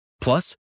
Plus